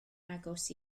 agos